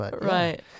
Right